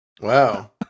Wow